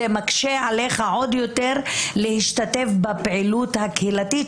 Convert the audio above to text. זה מקשה עליך עוד יותר להשתתף בפעילות הקהילתית,